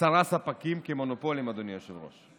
עשרה ספקים כמונופולים, אדוני היושב-ראש.